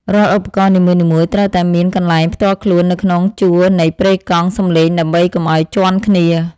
រាល់ឧបករណ៍នីមួយៗត្រូវតែមានកន្លែងផ្ទាល់ខ្លួននៅក្នុងជួរនៃប្រេកង់សំឡេងដើម្បីកុំឱ្យជាន់គ្នា។